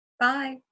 Bye